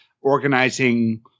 organizing